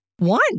one